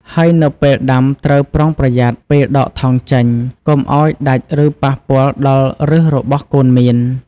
ហើយនៅពេលដាំត្រូវប្រុងប្រយ័ត្នពេលដកថង់ចេញ កុំឱ្យដាច់ ឬប៉ះពាល់ដល់ឫសរបស់កូនមៀន។